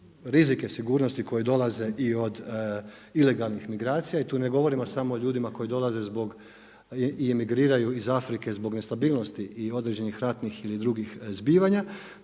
rizike sigurnosti koji dolaze i od ilegalnih migracija i tu ne govorimo samo o ljudima koji dolaze zbog, imigriraju iz Afrike nestabilnosti i određenih ratnih ili drugih ili